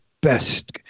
best